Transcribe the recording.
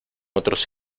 otros